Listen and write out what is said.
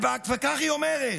וכך היא אומרת: